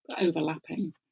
overlapping